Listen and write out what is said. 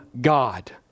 God